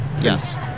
Yes